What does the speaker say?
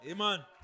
Amen